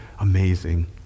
amazing